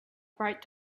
bright